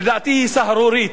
שלדעתי היא סהרורית,